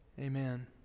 Amen